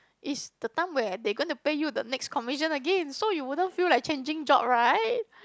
is the time where they going to pay you the next commission again so you wouldn't feel like changing job right